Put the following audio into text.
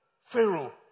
Pharaoh